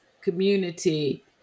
community